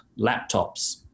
laptops